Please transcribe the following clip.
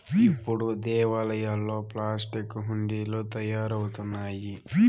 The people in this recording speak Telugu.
ఇప్పుడు దేవాలయాల్లో ప్లాస్టిక్ హుండీలు తయారవుతున్నాయి